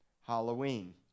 Halloween